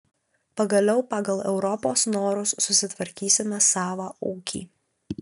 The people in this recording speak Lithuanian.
pagaliau pagal europos norus susitvarkysime savą ūkį